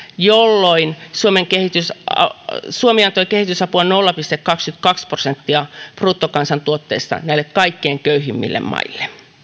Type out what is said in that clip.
jolloin suomi antoi kehitysapua nolla pilkku kaksikymmentäkaksi prosenttia bruttokansantuotteesta näille kaikkein köyhimmille maille